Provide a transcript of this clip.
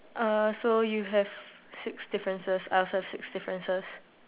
err so you have six differences I also have six differences